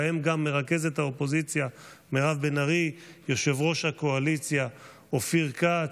ובהם גם מרכזת האופוזיציה מירב בן ארי ויושב-ראש הקואליציה אופיר כץ.